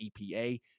EPA